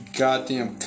goddamn